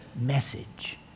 message